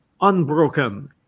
Unbroken